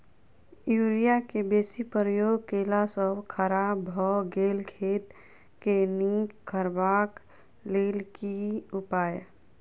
Urea केँ बेसी प्रयोग केला सऽ खराब भऽ गेल खेत केँ नीक करबाक लेल की उपाय?